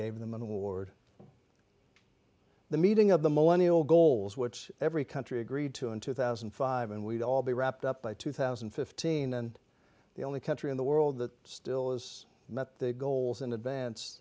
gave them an award the meeting of the millennium old goals which every country agreed to in two thousand and five and we'd all be wrapped up by two thousand and fifteen and the only country in the world that still has met their goals in advance